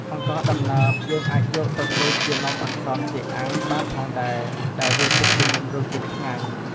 អង្ករដំណើប យើងអាចយកទៅធ្វើជានំអន្សមចេកអាំងបានផងដែរ ដែលវាពិតជាមានរសជាតិឆ្ងាញ់។